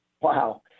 Wow